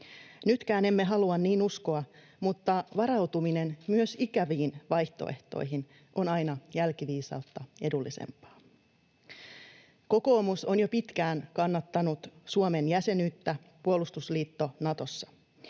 Nytkään emme halua niin uskoa, mutta varautuminen myös ikäviin vaihtoehtoihin on aina jälkiviisautta edullisempaa. Kokoomus on jo pitkään kannattanut Suomen jäsenyyttä puolustusliitto Natossa.